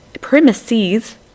premises